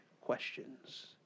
questions